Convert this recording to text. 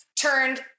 turned